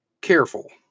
careful